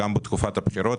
גם בתקופת הבחירות.